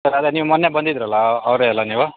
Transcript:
sir ಅದೇ ನೀವು ಮೊನ್ನೆ ಬಂದಿದ್ದರಲ್ಲ ಅವರೇ ಅಲ್ಲ ನೀವು